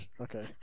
Okay